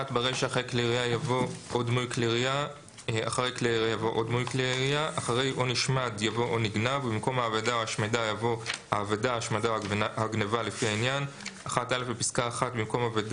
תיקון סעיף 15 18. בסעיף 15(א) לחוק העיקרי,